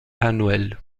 annuel